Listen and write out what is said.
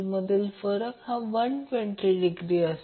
तेथे आपण त्या बाबतीत करतो तो RL DC सर्किट सारखीच होती